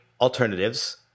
alternatives